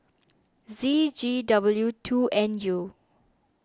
Z G W two N U